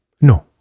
No